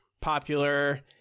popular